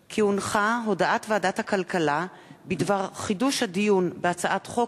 הודעת ועדת הכלכלה בדבר חידוש הדיון בהצעת חוק